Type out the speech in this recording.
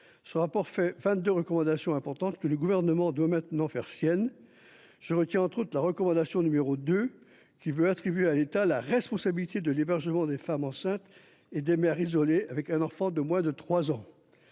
Ce rapport émet 22 recommandations importantes que le Gouvernement doit maintenant faire siennes. Je retiens, entre autres, la recommandation n° 2, qui tend à attribuer à l’État la responsabilité de l’hébergement des femmes enceintes et des mères isolées avec un enfant de moins de 3 ans.